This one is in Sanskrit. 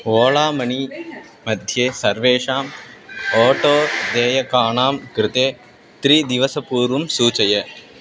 ओळा मणी मध्ये सर्वेषाम् ओटो देयकानां कृते त्रिदिवसपूर्वं सूचय